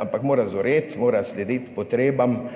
ampak mora zoreti, mora slediti potrebam